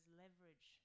leverage